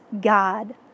God